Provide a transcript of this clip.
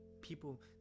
people